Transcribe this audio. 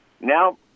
now